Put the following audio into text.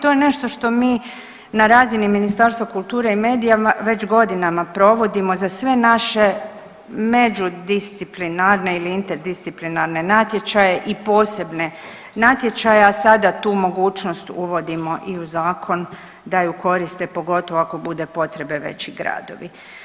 To je nešto što mi na razini Ministarstva kulture i medija već godinama provodimo za sve naše među disciplinarne ili interdisciplinarne natječaje i posebne natječaje, a sada tu mogućnost uvodimo i u zakon da ju koriste, pogotovo ako bude potrebe veći gradovi.